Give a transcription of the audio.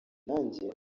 nanjye